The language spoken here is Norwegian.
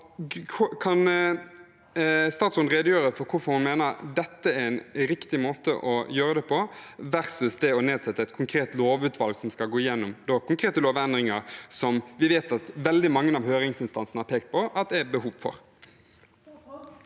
Kan statsråden redegjøre for hvorfor hun mener dette er en riktig måte å gjøre det på versus det å nedsette et konkret lovutvalg som skal gå igjennom konkrete lovendringer, som vi vet at veldig mange av høringsinstansene har pekt på at det er et behov for?